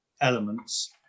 elements